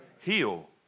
Heal